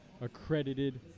accredited